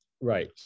Right